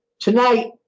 Tonight